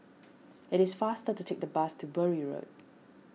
it is faster to take the bus to Bury Road